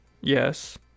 yes